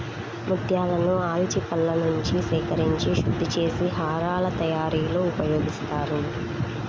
ముత్యాలను ఆల్చిప్పలనుంచి సేకరించి శుద్ధి చేసి హారాల తయారీలో ఉపయోగిస్తారు